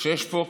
שיש פה,